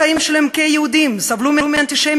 חברי סיעת הבית היהודי עכשיו יוצאים נגד אותם אנשים,